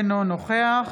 אינו נוכח